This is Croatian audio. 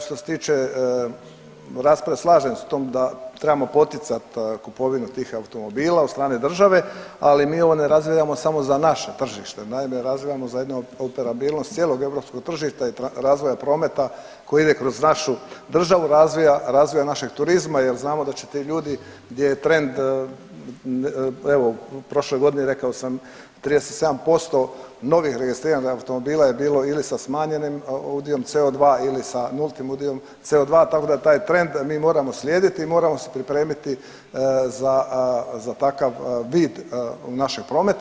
Što se tiče rasprave slažem se u tom da trebamo poticat kupovinu tih automobila od strane države, ali mi ovo ne razvijamo samo za naše tržište, naime razvijamo za jednu operabilnost cijelog europskog tržišta i razvoja prometa koji ide kroz našu državu, razvoja, razvoja našeg turizma jel znamo da će ti ljudi gdje je trend, evo u prošloj godini rekao sam 37% novih registriranih automobila je bilo ili sa smanjenim udiom CO2 ili sa nultim udiom CO2, tako da taj trend mi moramo slijediti i moramo se pripremiti za, za takav vid našeg prometa.